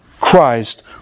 Christ